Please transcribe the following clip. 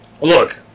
Look